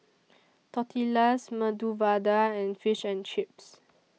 Tortillas Medu Vada and Fish and Chips